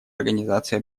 организации